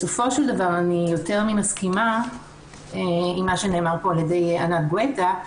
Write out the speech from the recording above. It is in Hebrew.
בסופו של דבר אני יותר ממסכימה עם מה שנאמר פה על ידי ענת גואטה,